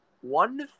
one